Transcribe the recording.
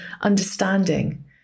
understanding